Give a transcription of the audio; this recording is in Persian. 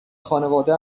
خانواده